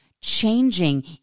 Changing